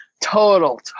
total